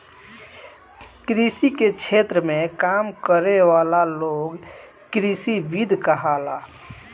कृषि के क्षेत्र में काम करे वाला लोग कृषिविद कहाला